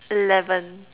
eleven